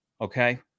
okay